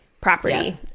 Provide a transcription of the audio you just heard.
property